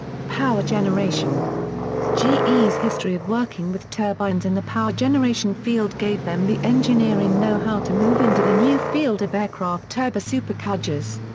power generation ges history of working with turbines in the power-generation field gave them the engineering know-how to move into the new field of aircraft turbosuperchargers.